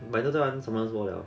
but 现在玩什么时候 liao